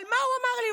אבל מה הוא אמר לי?